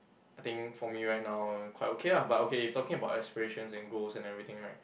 I think for me right now quite okay ah but okay if talking about aspirations and goals and everything right